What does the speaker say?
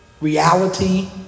reality